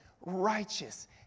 righteous